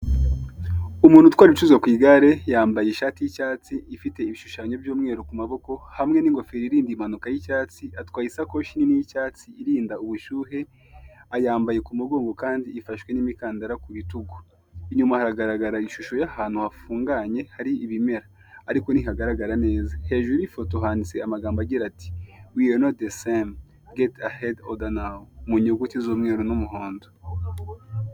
Umuntu utwara ibicuruzwa ku igare yambaye ishati y'icyatsi ifite ibishushanyo by'umweru ku maboko hamwe n'ingofero iririnda impanuka y'icyatsi, atwaye isakoshi nini y'icyatsi irinda ubushyuhe ayambaye ku mugongo kandi ifashwe n'imikandara ku bitugu. Inyuma haragaragara ishusho y'ahantu hafunganye hari ibimera, ariko ntihagaragara neza hejuru y'ifoto handitse amagambo agira ati:'' weyari noti de seyime geti ahedi oda nawu." mu nyuguti z'umweru n'umuhondo.